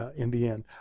in the end.